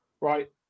Right